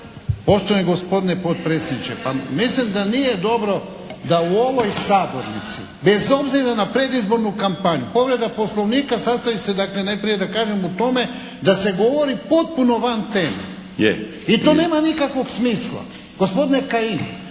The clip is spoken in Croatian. Poštovani gospodine potpredsjedniče! Pa, mislim da nije dobro da u ovoj sabornici, bez obzira na predizbornu kampanju povreda Poslovnika sastoji se dakle najprije da kažem u tome, da se govori potpuno van teme. **Milinović, Darko